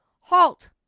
Halt